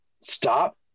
stop